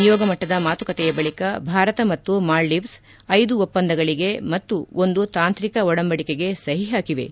ನಿಯೋಗ ಮಟ್ಟದ ಮಾತುಕತೆಯ ಬಳಿಕ ಭಾರತ ಮತ್ತು ಮಾಲ್ತೀವ್ಗೆ ಐದು ಒಪ್ಪಂದಗಳಿಗೆ ಮತ್ತು ಒಂದು ತಾಂತ್ರಿಕ ಒಡಂಬಡಿಕೆಗೆ ಸಹಿ ಹಾಕಿವೆ